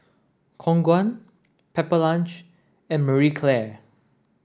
Khong Guan Pepper Lunch and Marie Claire